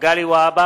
מגלי והבה,